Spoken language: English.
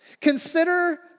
Consider